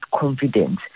confidence